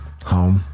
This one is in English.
Home